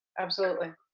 absolutely,